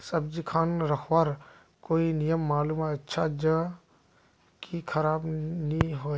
सब्जी खान रखवार कोई नियम मालूम अच्छा ज की खराब नि होय?